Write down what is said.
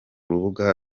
rubuga